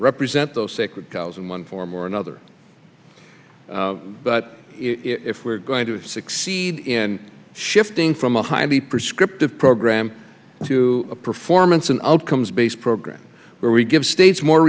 represent those sacred cows in one form or another but if we're going to succeed in shifting from a highly prescriptive program to a performance and outcomes based program where we give states more